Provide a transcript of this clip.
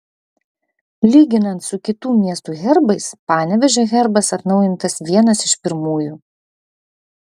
lyginant su kitų miestų herbais panevėžio herbas atnaujintas vienas iš pirmųjų